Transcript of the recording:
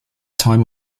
time